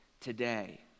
today